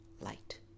light